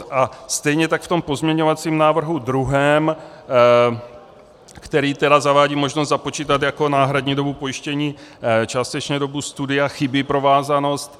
A stejně tak v tom pozměňovacím návrhu druhém, který zavádí možnost započítat jako náhradní dobu pojištění částečně dobu studia, chybí provázanost.